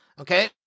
Okay